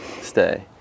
stay